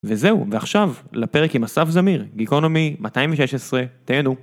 וזהו, ועכשיו, לפרק עם אסף זמיר, גיקונומי 216, תהנו.